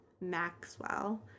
Maxwell